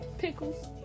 Pickles